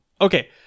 Okay